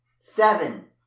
seven